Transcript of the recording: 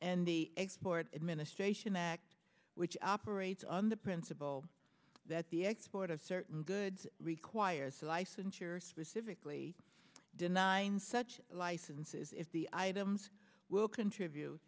and the export administration act which operates on the principle that the export of certain goods requires licensure specifically denying such licenses if the items will contribute